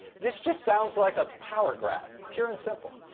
this just sounds like a power grab, pure and simple.